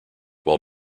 while